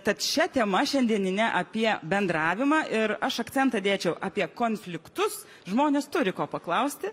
tad šia tema šiandienine apie bendravimą ir aš akcentą dėčiau apie konfliktus žmonės turi ko paklausti